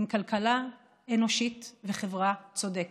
עם כלכלה אנושית וחברה צודקת.